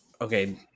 okay